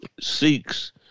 seeks